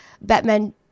Batman